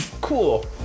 Cool